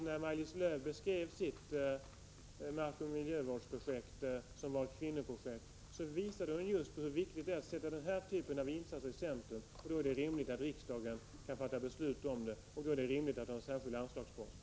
När Maj-Lis Lööw beskrev sitt markoch miljövårdsprojekt, som var ett kvinnoprojekt, visade hon hur viktigt det är att just sätta den här typen av insatser i centrum. Då är det rimligt att riksdagen kan fatta beslut härom, och då är det också rimligt att ha en särskild anslagspost.